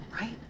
Right